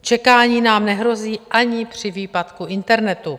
Čekání nám nehrozí ani při výpadku internetu.